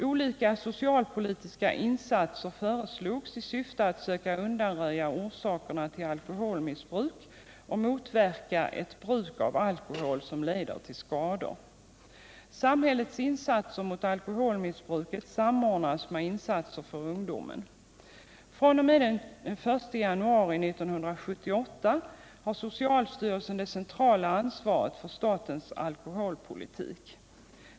Olika socialpolitiska insatser föreslogs i syfte att söka undanröja orsakerna till alkoholmissbruk och motverka ett bruk av alkohol som leder till skador. Samhällets insatser mot alkoholmissbruket samordnas med insatser för ungdomen. fr.o.m. den 1 januari 1978 har socialstyrelsen det centrala ansvaret för statens alkoholpolitik.